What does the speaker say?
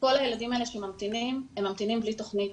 כל הילדים האלה שממתינים ממתינים בלי תוכנית.